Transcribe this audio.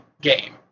game